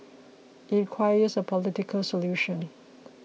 it requires a political solution